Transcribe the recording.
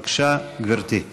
בבקשה, גברתי.